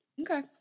Okay